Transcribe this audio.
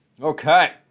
Okay